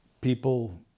people